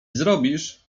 zrobisz